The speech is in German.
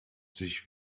sich